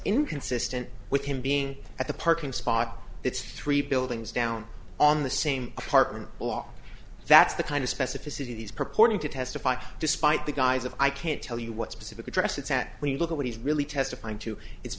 inconsistent with him being at the parking spot it's three buildings down on the same apartment block that's the kind of specificity these purporting to testify despite the guise of i can't tell you what specific address it's at when you look at what he's really testifying to it's